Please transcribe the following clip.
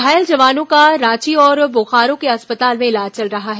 घायल जवानों का रांची और बोकारो के अस्पताल में इलाज चल रहा है